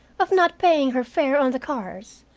of not paying her fare on the cars,